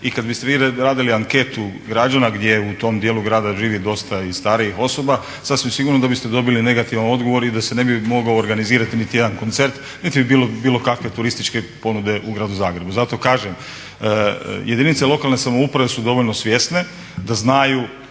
i kad biste vi radili anketu građana gdje u tom dijelu grada živi dosta i starijih osoba sasvim sigurno da biste dobili negativan odgovor i da se ne bi mogao organizirati niti jedan koncert, niti bi bilo bilo kakve turističke ponude u gradu Zagrebu. Zato kažem, jedinice lokalne samouprave su dovoljno svjesne da znaju